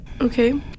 Okay